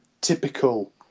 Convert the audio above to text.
typical